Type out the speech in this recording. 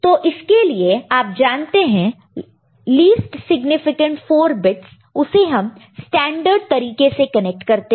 तो इसके लिए आप जानते हैं लिस्ट सिग्निफिकेंट 4 बिट्स उसे हम स्टैंडर्ड तरीके से कनेक्ट करते हैं